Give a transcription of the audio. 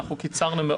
אנחנו קיצרנו מאוד.